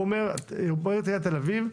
אומר שמוליק זינגר מעיריית תל אביב,